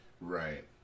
Right